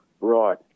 Right